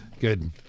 Good